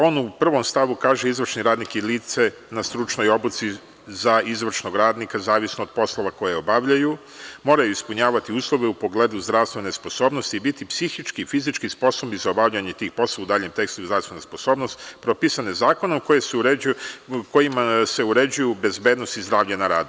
On u 1. stavu kaže – izvršni radnik i lice na stručnoj obuci za izvršnog radnika, zavisno od poslova koje obavljaju, moraju ispunjavati uslove u pogledu zdravstvene sposobnosti i biti psihički i fizički sposobni za obavljanje tih poslova (u daljem tekstu: zdravstvena sposobnost) pripisane zakonom kojim se uređuju bezbednost i zdravlje na radu.